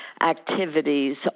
activities